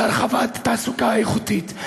בהרחבת התעסוקה האיכותית,